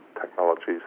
technologies